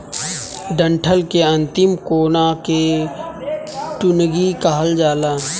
डंठल के अंतिम कोना के टुनगी कहल जाला